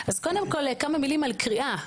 כמה מילים על קריאה.